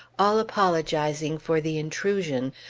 all apologizing for the intrusion,